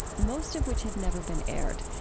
most of which had never been aired,